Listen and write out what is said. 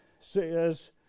says